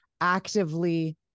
actively